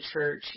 church